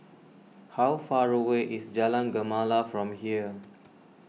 how far away is Jalan Gemala from here